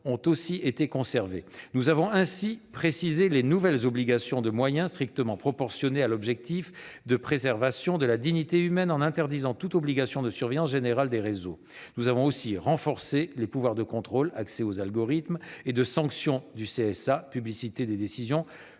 ont aussi été conservés. Nous avons ainsi précisé les nouvelles obligations de moyens, strictement proportionnées à l'objectif de préservation de la dignité humaine, en interdisant toute obligation de surveillance générale des réseaux. Nous avons aussi renforcé les pouvoirs de contrôle- accès aux algorithmes -et de sanction- publicité des décisions,